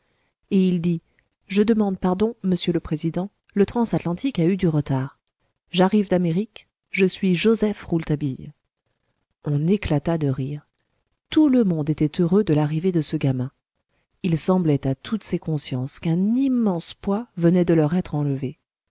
et il dit je vous demande pardon monsieur le président le transatlantique a eu du retard j'arrive d'amérique je suis joseph rouletabille on éclata de rire tout le monde était heureux de l'arrivée de ce gamin il semblait à toutes ces consciences qu'un immense poids venait de leur être enlevé